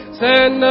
send